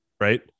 Right